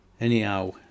Anyhow